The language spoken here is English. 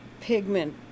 pigment